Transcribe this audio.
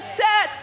set